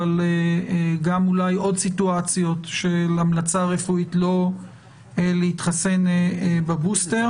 אבל גם אולי עוד סיטואציות של המלצה רפואית לא להתחסן בבוסטר.